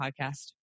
podcast